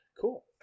Cool